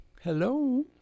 hello